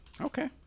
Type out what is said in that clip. Okay